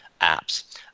apps